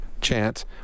chance